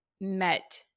met